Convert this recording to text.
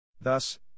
Thus